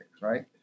right